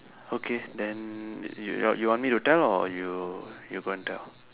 okay then you you you want me to tell or you you go and tell